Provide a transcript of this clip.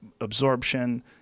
absorption